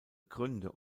gründe